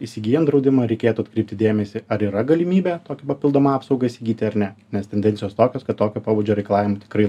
įsigyjant draudimą reikėtų atkreipti dėmesį ar yra galimybė tokį papildomą apsaugą įsigyti ar ne nes tendencijos tokios kad tokio pobūdžio reikalų tikrai